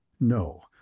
No